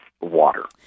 water